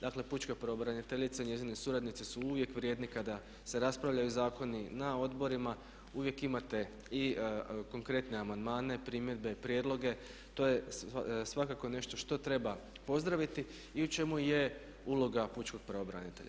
Dakle, pučka pravobranitelja i njezini suradnici su uvijek vrijedni kada se raspravljaju zakoni na odborima, uvijek imate i konkretne amandmane, primjedbe, prijedloge, to je svakako nešto što treba pozdraviti i u čemu je uloga pučkog pravobranitelja.